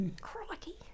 Crikey